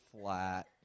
flat